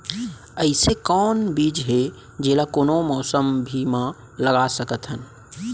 अइसे कौन बीज हे, जेला कोनो मौसम भी मा लगा सकत हन?